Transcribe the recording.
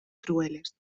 crueles